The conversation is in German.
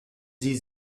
sie